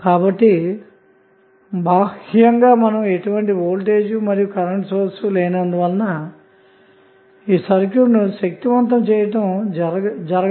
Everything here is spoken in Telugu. కాబట్టి బాహ్యంగా ఎటువంటి వోల్టేజ్ మరియు కరెంటు సోర్స్ లేనందువలన ఈ సర్క్యూట్ ను శక్తివంతం చేయుట జరగదు